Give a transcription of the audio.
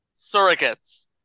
Surrogates